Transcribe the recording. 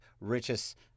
richest